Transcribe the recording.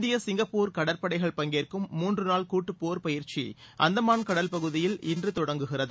இந்திய சிங்கப்பூர் கடற்படைகள் பங்கேற்கும் மூன்று நாள் கூட்டுப் போர்ப் பயிற்சி அந்தமான் கடல் பகுதியில் இன்று தொடங்குகிறது